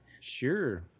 Sure